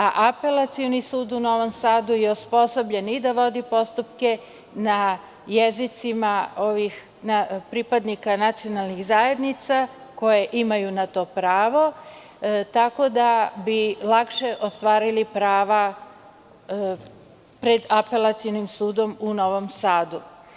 Apelacioni su u Novom Sadu je osposobljen i da vodi postupke na jezicima pripadnika nacionalnih zajednica koje imaju na to pravo, tako da bi lakše ostvarili prava pred Apelacionim sudom u Novom Sadu.